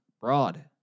broad